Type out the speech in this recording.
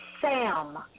Sam